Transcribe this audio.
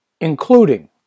including